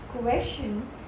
question